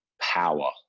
power